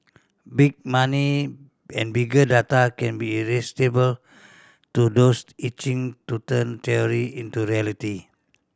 big money and bigger data can be irresistible to those itching to turn theory into reality